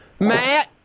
Matt